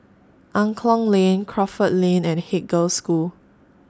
Angklong Lane Crawford Lane and Haig Girls' School